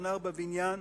בית-התנ"ך בבניין,